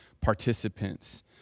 participants